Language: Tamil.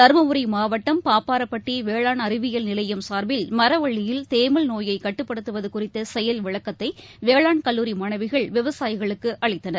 தர்மபுரி மாவட்டம் பாப்பாரப்பட்டி வேளாண் அறிவியல் நிலையம் சார்பில் மரவள்ளியில் தேமல் நோயை கட்டுப்படுத்துவது குறித்த செயல் விளக்கத்தை வேளாண் கல்லூரி மாணவிகள் விவசாயிகளுக்கு அளித்தனர்